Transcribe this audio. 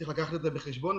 צריך להביא אותם בחשבון.